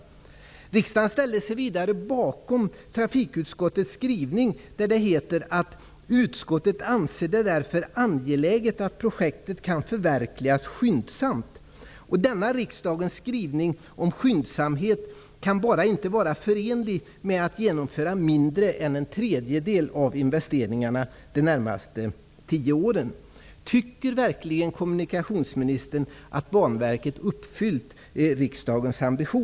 Vidare ställde sig riksdagen bakom trafikutskottets skrivning, där det står: Utskottet anser det därför angeläget att projektet kan förverkligas skyndsamt. Denna riksdagens skrivning om skyndsamhet kan bara inte vara förenlig med det faktum att mindre än en tredjedel av investeringarna genomförs under de närmaste tio åren. Tycker verkligen kommunikationsministern att Banverket uppfyllt riksdagens ambition?